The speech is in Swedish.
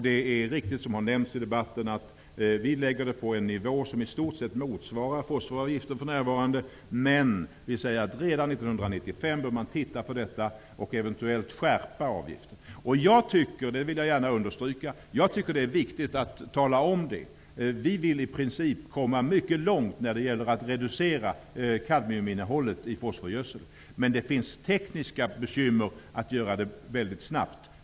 Det är riktigt, som har nämnts i debatten, att vi lägger den på en nivå som i stort sett motsvarar fosforavgiften, men vi säger att man redan 1995 bör titta på detta och eventuellt skärpa avgiften. Jag tycker -- det vill jag understryka -- att det är viktigt att tala om det. Vi vill i princip komma mycket långt när det gäller att reducera kadmiuminnehållet i fosforgödsel, men det finns tekniska bekymmer att göra det mycket snabbt.